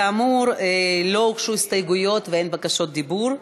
כאמור, לא הוגשו הסתייגויות ואין בקשות דיבור,